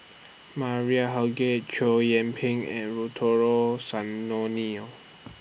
Maria Chow Yian Ping and